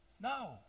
No